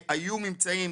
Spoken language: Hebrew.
היו ממצאים